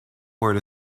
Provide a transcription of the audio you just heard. word